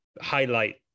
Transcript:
highlight